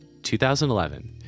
2011